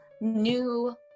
new